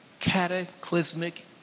cataclysmic